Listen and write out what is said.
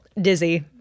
dizzy